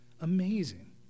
Amazing